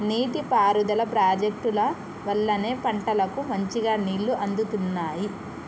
నీటి పారుదల ప్రాజెక్టుల వల్లనే పంటలకు మంచిగా నీళ్లు అందుతున్నాయి